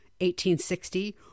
1860